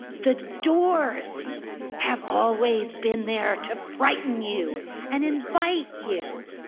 the doors have always been there to frighten you and invite you,